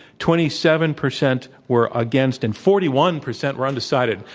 twenty seven percent were against, and forty one percent were undecided.